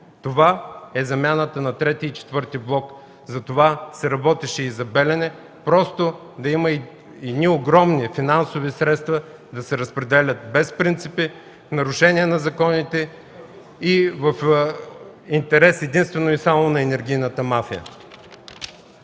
Това е замяната на ІІІ и ІV блок. Затова се работеше и за „Белене” – просто да има огромни финансови средства, да се разпределят без принципи, в нарушение на законите и в интерес единствено и само на енергийната мафия.